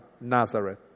Nazareth